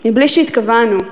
מבלי שהתכוונו.